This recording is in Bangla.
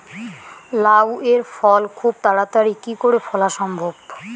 লাউ এর ফল খুব তাড়াতাড়ি কি করে ফলা সম্ভব?